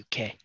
UK